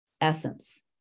essence